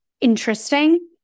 interesting